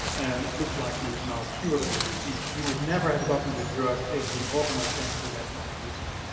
and it looks like he's now cured of his disease. he would never have gotten this drug if the organoid test would have not existed.